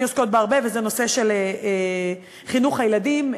עוסקות בו הרבה וזה הנושא של חינוך הילדים,